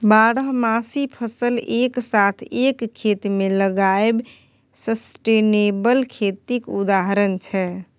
बारहमासी फसल एक साथ एक खेत मे लगाएब सस्टेनेबल खेतीक उदाहरण छै